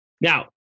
Now